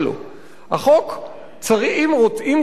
אם כבר יש חוק כזה,